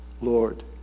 Lord